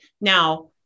Now